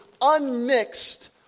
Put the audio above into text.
unmixed